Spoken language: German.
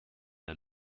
der